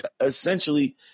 essentially